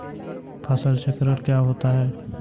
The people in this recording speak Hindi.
फसल चक्रण क्या होता है?